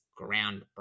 groundbreaking